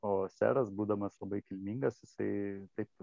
o seras būdamas labai kilmingas jisai taip